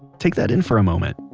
take that in for a moment.